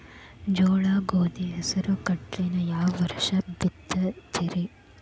ಜೋಳ, ಗೋಧಿ, ಹೆಸರು, ಕಡ್ಲಿನ ಯಾವ ವರ್ಷ ಬಿತ್ತತಿರಿ?